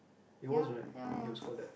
it was right it was called that